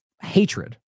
hatred